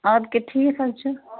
اَدٕ کیٛاہ ٹھیٖک حظ چھُ